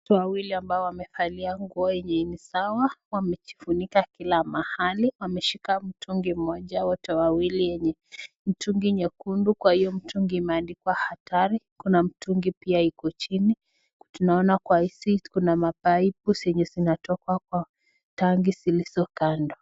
Watu wawili ambao wamevalia nguo yenye ni sawa, wamejifunika kila mahali, wameshika mtungi mmoja wote wawili yenye ni mtungi nyekundu, kwa hiyo mtungi imeandikwa hatari, kuna mtungi pia iko chini, tunaona kwa hizi kuna mapaipu zenye zinatoka kwa tanki zilizo kando.